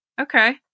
Okay